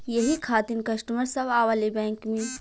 यही खातिन कस्टमर सब आवा ले बैंक मे?